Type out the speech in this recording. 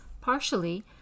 partially